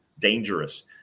dangerous